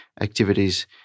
activities